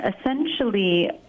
essentially